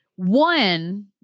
One